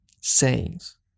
sayings